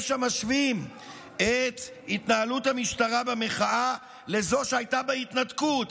יש המשווים את התנהלות המשטרה במחאה לזו שהייתה בהתנתקות.